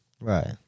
right